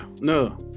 No